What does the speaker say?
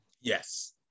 Yes